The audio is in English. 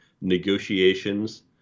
negotiations